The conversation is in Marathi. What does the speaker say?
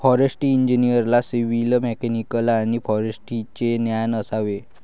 फॉरेस्ट्री इंजिनिअरला सिव्हिल, मेकॅनिकल आणि फॉरेस्ट्रीचे ज्ञान असावे